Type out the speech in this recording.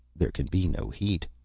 there can be no heat.